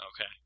Okay